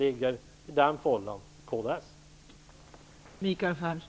I den fållan finns kds.